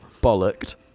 Bollocked